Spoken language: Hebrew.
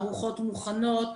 ארוחות מוכנות,